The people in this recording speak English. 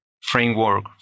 framework